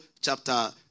chapter